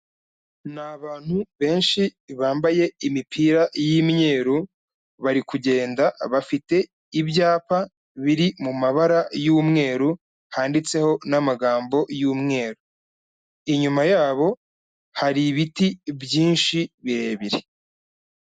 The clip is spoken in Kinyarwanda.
Ni abantu benshi bambaye imipira y'imyeru bari kugenda bafite ibyapa biri mu mabara y'umweru handitseho n'amagambo y'umweru, inyuma yabo hari ibiti byinshi birebire.